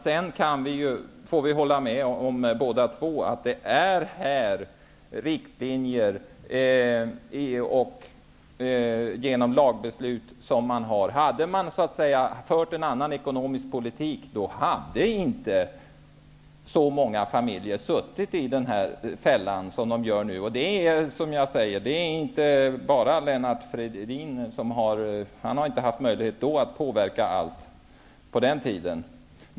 Sedan måste vi båda vara eniga om att det är här som riktlinjer dras upp och lagbeslut fattas. Om det hade förts en annan ekonomisk politik, då hade inte så många familjer suttit i denna fälla. Lennart Fridén har inte haft möjlighet att påverka allt på den tiden.